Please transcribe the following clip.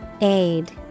Aid